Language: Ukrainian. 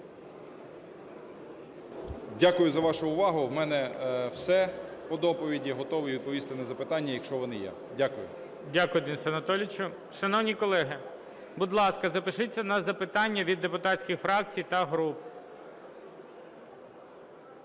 Дякую за вашу увагу. У мене все по доповіді. І готовий відповісти на запитання, якщо вони є. Дякую. ГОЛОВУЮЧИЙ. Дякую, Денисе Анатолійовичу. Шановні колеги, будь ласка, запишіться на запитання від депутатських фракцій та груп.